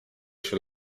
się